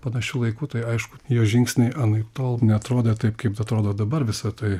panašiu laiku tai aišku jo žingsniai anaiptol neatrodė taip kaip atrodo dabar visa tai